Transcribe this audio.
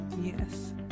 Yes